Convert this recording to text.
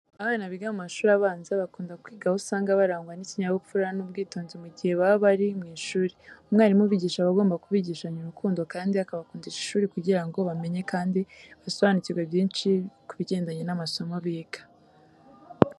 Abana biga mu mashuri abanza bakunda kwiga, aho usanga barangwa n'ikinyabupfura n'ubwitonzi mu gihe baba bari mu ishuri. Umwarimu ubigisha aba agomba kubigishanya urukundo kandi akabakundisha ishuri kugira ngo bamenye kandi basobanukirwe byinshi ku bigendanye n'amasomo biga.